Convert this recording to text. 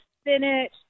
spinach